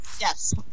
Yes